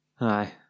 aye